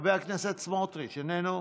חבר הכנסת סמוטריץ' איננו,